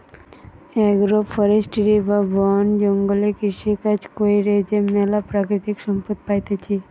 agro forestry বা বন জঙ্গলে কৃষিকাজ কইরে যে ম্যালা প্রাকৃতিক সম্পদ পাইতেছি